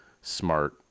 smart